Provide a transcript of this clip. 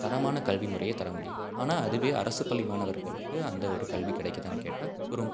தரமான கல்வி முறையை தர முடியுது ஆனால் அதுவே அரசு பள்ளி மாணவர்களுக்கு அந்த ஒரு கல்வி கிடைக்குதான்னு கேட்டால் ஒரு